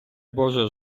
боже